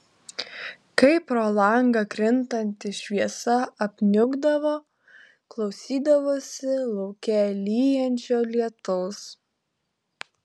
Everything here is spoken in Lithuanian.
kai pro langą krintanti šviesa apniukdavo klausydavosi lauke lyjančio lietaus